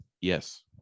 Yes